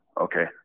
okay